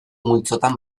multzotan